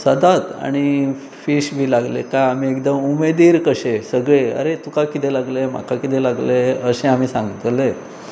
सदांच आनी फीश बी लागले काय आमी एकदम उमेदीर कशे सगळें अरे तुका किदें लागले म्हाका किदें लागले अशें आमी सांगतले